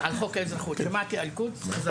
זו הזיה.